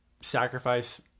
sacrifice